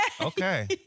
Okay